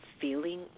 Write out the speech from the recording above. feeling